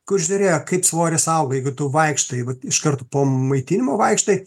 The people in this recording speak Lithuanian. kur žiūrėjo kaip svoris auga jeigu tu vaikštai vat iš karto po maitinimo vaikštai